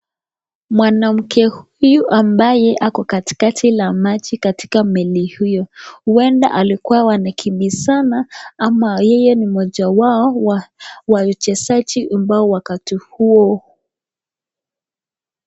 Mwanamke huyu ambaye ako katikati la maji katika meli huyo huenda alikuwa wanakimbizana ama yeye ni mmoja wao wa wachezaji ambao wakati huo.